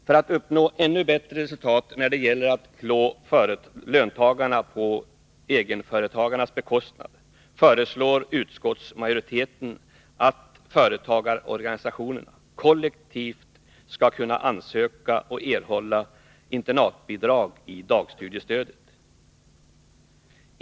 För att uppnå ännu bättre resultat när det gäller att klå löntagarna på egenföretagarnas bekostnad föreslår utskottsmajoriteten att företagarorganisationerna kollektivt skall kunna ansöka om och erhålla internatbidrag i dagstudiestödet.